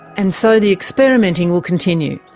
and so the experimenting will continue.